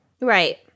right